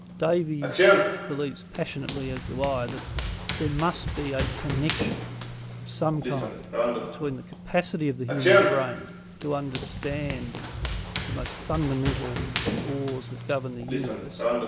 davies believes passionately, as do i, that there must be a connection of some kind between the capacity of the human brain to understand the most fundamental laws that govern the universe,